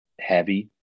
heavy